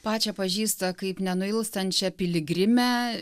pačią pažįsta kaip nenuilstančią piligrimę